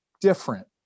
different